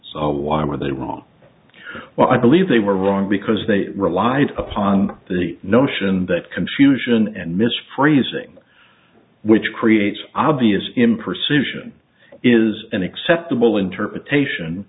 so why were they wrong well i believe they were wrong because they relied upon the notion that confusion and mis phrasing which creates obvious imprecision is an acceptable interpretation